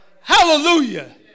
Hallelujah